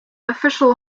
official